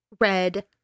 red